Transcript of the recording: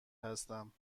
هستم